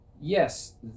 yes